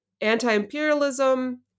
anti-imperialism